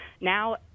now